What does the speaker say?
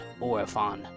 Orifon